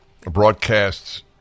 broadcasts